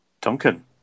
Duncan